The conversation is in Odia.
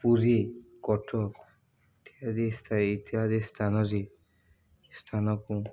ପୁରୀ କଟକ ଇତ୍ୟାଦି ଇତ୍ୟାଦି ସ୍ଥାନରେ ସ୍ଥାନକୁ